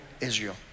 Israel